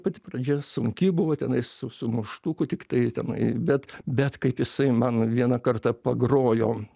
pati pradžia sunki buvo tenai su su muštuku tiktai tenai bet bet kaip jisai man vieną kartą pagrojo